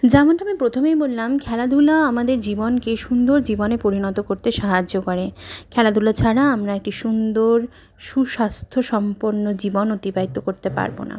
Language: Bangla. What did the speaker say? যেমনটা আমি প্রথমেই বললাম খেলাধুলা আমাদের জীবনকে সুন্দর জীবনে পরিণত করতে সাহায্য করে খেলাধুলা ছাড়া আমরা একটি সুন্দর সুস্বাস্থ্য সম্পন্ন জীবন অতিবাহিত করতে পারবো না